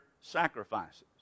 sacrifices